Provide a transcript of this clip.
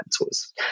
Mentors